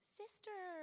sister